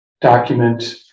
document